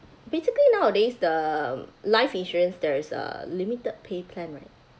basically nowadays the life insurance there is a limited pay plan right